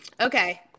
Okay